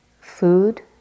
food